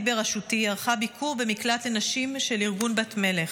בראשותי ערכה ביקור במקלט לנשים של ארגון בת מלך,